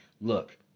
look